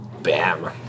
Bam